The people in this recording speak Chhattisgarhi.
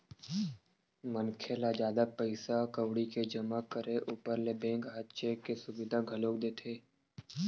मनखे ल जादा पइसा कउड़ी के जमा करे ऊपर ले बेंक ह चेक के सुबिधा घलोक देथे